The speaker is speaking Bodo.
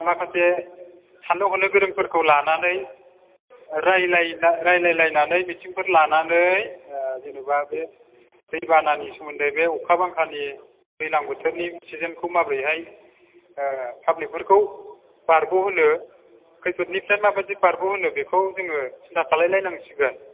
माखासे साननो हनो गोरोंफोरखौ लानानै रायज्लायलायनानै मिटिंफोर लानानै जेनेबा बे दै बानानि सोमोन्दै बे अखा बांखानि दैज्लां बोथोरनि सिजेनखौ माबोरैहाय पाब्लिकफोरखौ बारग'होनो खैफोदनिफ्राय माबायदि बारग'होनो बेखौ जोङो सिन्था खालामलायनांसिगोन